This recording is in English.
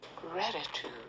gratitude